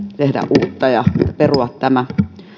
uutta ja perua tämä